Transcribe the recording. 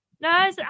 No